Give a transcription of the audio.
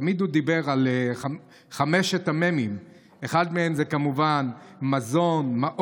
תמיד הוא דיבר על חמש המ"מים, כמובן מזון, מעון,